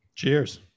Cheers